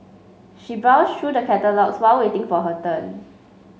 she browsed through the catalogues while waiting for her turn